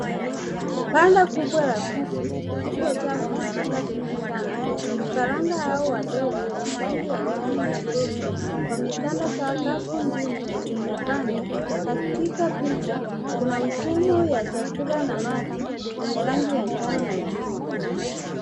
Banda kubwa la kuku lililo jaa vifaranga vingi sana. Vifaranga hawa wadogo wenye rangi ya njano nyepesi wametanda sakafu nzima ya banda katika picha kuna mfumo ya chakula na maji yenye rangi ya njano na chungwa.